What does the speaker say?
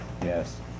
Yes